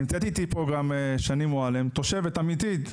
נמצאת איתי פה שני מועלם, תושבת אמיתית.